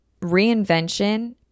reinvention